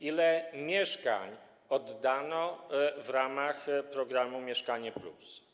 Ile mieszkań oddano w ramach programu „Mieszkanie +”